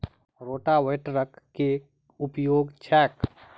रोटावेटरक केँ उपयोग छैक?